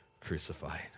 crucified